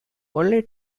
only